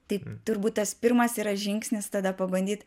tai turbūt tas pirmas yra žingsnis tada pabandyt